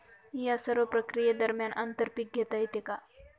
या सर्व प्रक्रिये दरम्यान आंतर पीक घेता येते का?